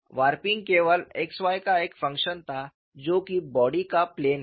warping केवल x y का एक फंक्शन था जो कि बॉडी का प्लेन है